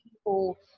people